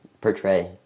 portray